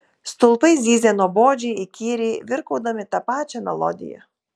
stulpai zyzė nuobodžiai įkyriai virkaudami tą pačią melodiją